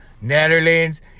Netherlands